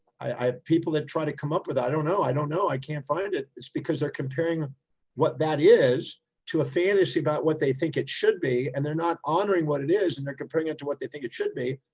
i have people that try to come up with it, i don't know. i don't know. i can't find it'. it's because they're comparing what that is to a fantasy about what they think it should be. and they're not honoring what it is and they're comparing it to what they think it should be.